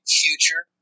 future